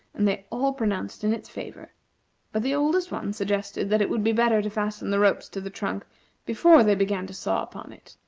and they all pronounced in its favor but the oldest one suggested that it would be better to fasten the ropes to the trunk before they began to saw upon it,